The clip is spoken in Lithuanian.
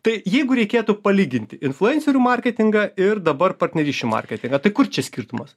tai jeigu reikėtų palyginti influencerių marketingą ir dabar partnerysčių marketingą tai kur čia skirtumas